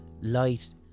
light